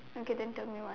okay then tell me what